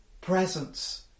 presence